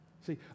See